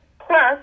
Plus